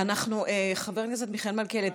חבר הכנסת מיכאל מלכיאלי,